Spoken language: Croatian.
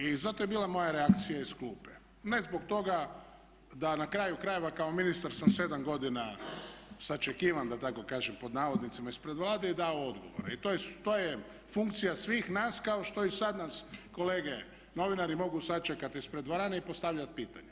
I zato je bila moja reakcija iz klupe, ne zbog toga da na kraju krajeva kao ministar sam sedam godina sačekivan da tako kažem pod navodnicima ispred Vlade i davao odgovore i to je funkcija svih nas kao što i sad nas kolege novinari mogu sačekati ispred dvorane i postavljat pitanja.